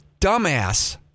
dumbass